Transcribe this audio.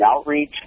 Outreach